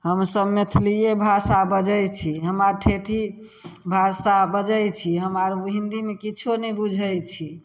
हमसभ मैथिलिए भाषा बजै छी हम आर ठेठी भाषा बजै छी हम आर हिन्दीमे किछु नहि बुझै छी